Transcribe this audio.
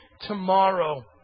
tomorrow